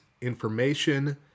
information